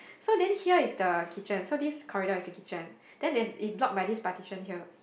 so then here is the kitchen so this corridor is the kitchen then there is is block by this partition here